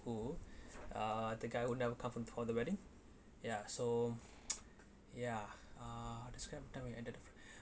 who uh the guy who never come from for the wedding yah so yah uh describe a time when you ended